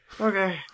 Okay